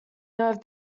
nerve